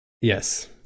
yes